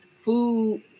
food